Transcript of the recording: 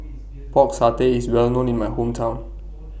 Pork Satay IS Well known in My Hometown